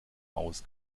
aus